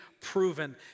proven